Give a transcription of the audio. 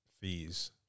fees